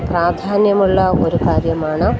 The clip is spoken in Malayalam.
പ്രാധാന്യമുള്ള ഒരു കാര്യമാണ്